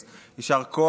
אז יישר כוח,